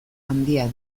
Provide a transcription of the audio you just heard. handia